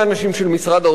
מי נשאר בצד?